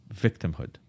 victimhood